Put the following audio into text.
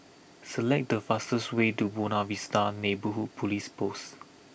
select the fastest way to Buona Vista Neighbourhood Police Post